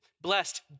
Blessed